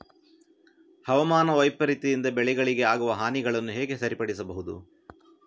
ಹವಾಮಾನ ವೈಪರೀತ್ಯದಿಂದ ಬೆಳೆಗಳಿಗೆ ಆಗುವ ಹಾನಿಗಳನ್ನು ಹೇಗೆ ಸರಿಪಡಿಸಬಹುದು?